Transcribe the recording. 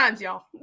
y'all